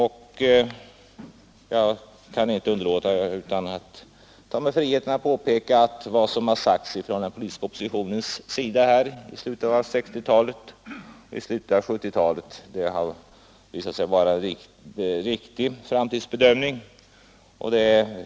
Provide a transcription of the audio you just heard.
Jag kan inte underlåta att ta mig friheten påpeka att vad som sagts från den politiska oppositionens sida i slutet av 1960-talet och 1970-talet har visat sig vara en riktig framtidsbedömning.